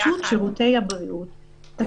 שירותי הבריאות.